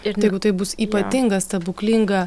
ir tegu tai bus ypatinga stebuklinga